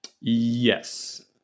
Yes